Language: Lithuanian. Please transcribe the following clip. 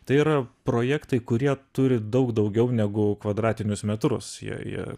tai yra projektai kurie turi daug daugiau negu kvadratinius metrus jie jie